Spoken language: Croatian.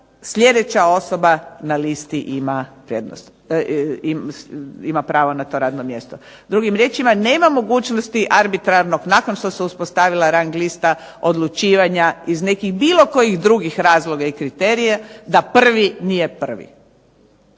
sljedeća osoba na listi ima pravo na to radno mjesto. Drugim riječima nema mogućnosti arbitrarnog nakon što se uspostavila rang lista odlučivanja iz nekih bilo kojih drugih razloga i kriterija da prvi nije prvi.